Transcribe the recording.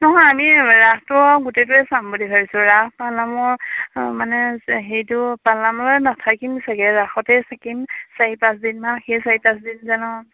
নহয় আমি ৰাসটো গোটেইটোৱে চাম বুলি ভাবিছোঁ ৰাস পালনামৰ মানে হেৰিটো পালনামলৈ নাথাকিম চাগে ৰাসতে থাকিম চাৰি পাঁচদিন মান সেই চাৰি পাঁচদিন জানো